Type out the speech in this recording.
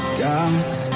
doubts